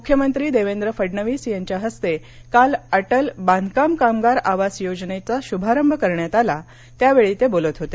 मुख्यमंत्री देवेंद्र फडणवीस यांच्या हस्ते काल अटल बांधकाम कामगार आवास योजनेचा श्भारंभ करण्यात आला त्यावेळी ते बोलत होते